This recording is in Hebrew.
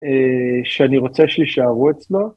‫שאני רוצה שיישארו אצלו.